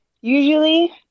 usually